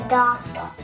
doctor